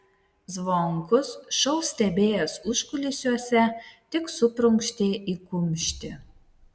zvonkus šou stebėjęs užkulisiuose tik suprunkštė į kumštį